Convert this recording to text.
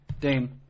Dame